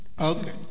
Okay